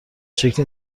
شکلی